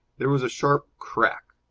there was a sharp crack,